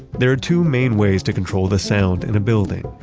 there are two main ways to control the sound in a building.